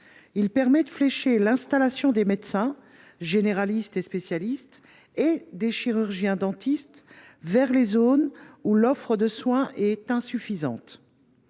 manière à flécher l’installation des médecins généralistes et spécialistes, ainsi que des chirurgiens dentistes, vers les zones où l’offre de soins est insuffisante.